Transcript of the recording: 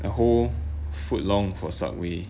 a whole foot long for subway